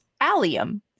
Allium